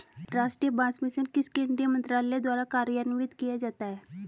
राष्ट्रीय बांस मिशन किस केंद्रीय मंत्रालय द्वारा कार्यान्वित किया जाता है?